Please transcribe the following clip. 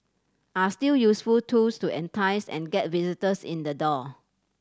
are still useful tools to entice and get visitors in the door